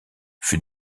fut